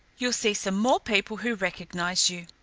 you'll see some more people who recognise you.